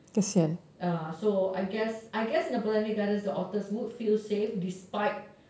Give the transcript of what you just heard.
uh so I guess I guess in the botanic gardens the otters would feel safe despite